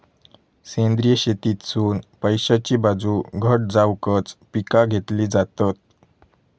सेंद्रिय शेतीतसुन पैशाची बाजू घट जावकच पिका घेतली जातत